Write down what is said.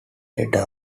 letter